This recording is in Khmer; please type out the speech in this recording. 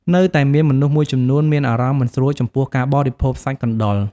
នៅតែមានមនុស្សមួយចំនួន មានអារម្មណ៍មិនស្រួលចំពោះការបរិភោគសាច់កណ្តុរ។